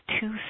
two